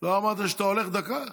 לא אמרת שאתה הולך דקה?